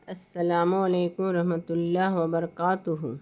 السلام علیکم رحمتہ اللہ وبرکاتہ